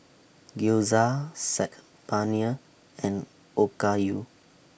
Gyoza Saag Paneer and Okayu